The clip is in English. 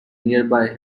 nearby